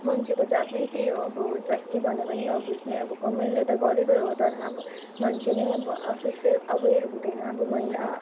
मान्छेको जात नै त्यही हो अब जत्ति भने पनि नबुझ्ने अब गभर्मेन्टले त गरेकै हो तर अब मान्छे नै अब अफिसियल अवेर हुँदैन अब मैला